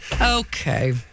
Okay